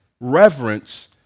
reverence